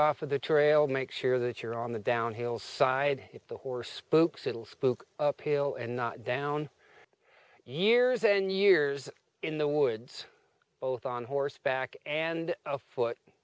of the trail make sure that you're on the downhill side if the horse spooks it'll spook pill and not down years then years in the woods both on horseback and afoot